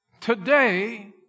Today